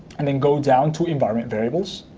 and then go down to environment variables,